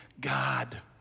God